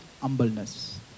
humbleness